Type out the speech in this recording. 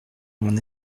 mon